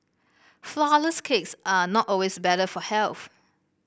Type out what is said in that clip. flourless cakes are not always better for health